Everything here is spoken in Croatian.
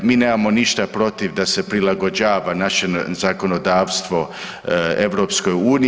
Mi nemamo ništa protiv da se prilagođava naše zakonodavstvo EU.